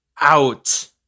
out